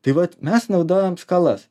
tai vat mes naudojom skalas